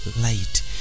light